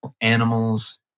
animals